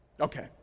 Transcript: Okay